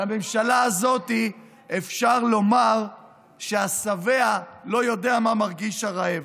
על הממשלה הזאת אפשר לומר שהשבע לא יודע מה מרגיש הרעב.